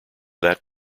that